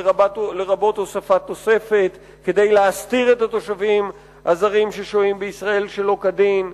לרבות הוספת תוספת כדי להסתיר את התושבים הזרים ששוהים בישראל שלא כדין,